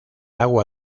agua